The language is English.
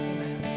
Amen